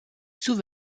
sous